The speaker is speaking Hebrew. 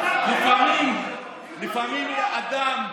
לכם, אני אומר לכם אחד-אחד כאן,